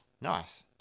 Nice